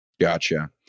Gotcha